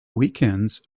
weekends